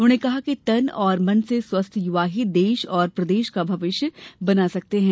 उन्होंने कहा कि तन और मन से स्वस्थ युवा ही देश और प्रदेश का भविष्य बना सकते हैं